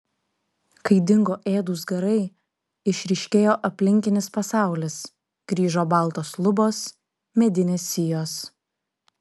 kai dingo ėdūs garai išryškėjo aplinkinis pasaulis grįžo baltos lubos medinės sijos